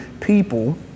people